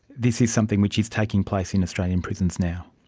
this is something which is taking place in australian prisons now.